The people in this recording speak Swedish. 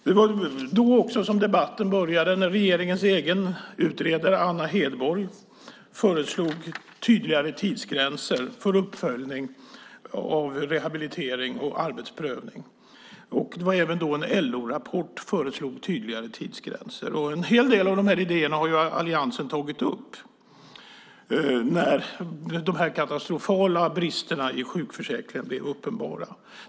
Det var också då som debatten började, när regeringens egen utredare Anna Hedborg föreslog tydligare tidsgränser för uppföljning av rehabilitering och arbetsprövning. Även en LO-rapport föreslog tydligare tidsgränser. En hel del av de här idéerna tog alliansen upp när de katastrofala bristerna i sjukförsäkringen blev uppenbara.